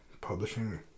publishing